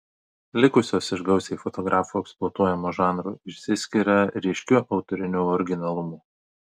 likusios iš gausiai fotografų eksploatuojamo žanro išsiskiria ryškiu autoriniu originalumu